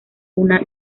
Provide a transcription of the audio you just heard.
una